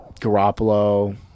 Garoppolo